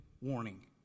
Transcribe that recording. warning